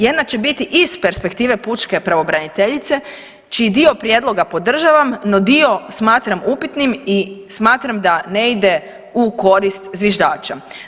Jedna će biti iz perspektive pučke pravobraniteljice čiji dio prijedloga podržavam, no dio smatram upitnim i smatram da ne ide u korist zviždača.